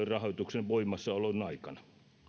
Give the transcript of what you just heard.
rahoituksen voimassaolon aikana